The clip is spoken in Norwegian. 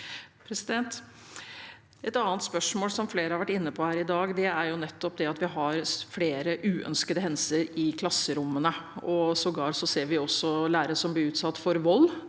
Noe annet som flere har vært inne på her i dag, er at vi har flere uønskede hendelser i klasserommene, og sågar ser vi også lærere som blir utsatt for vold.